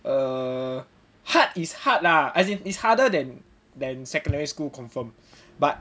err hard is hard lah as in it's harder than than secondary school confirm but